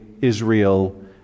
Israel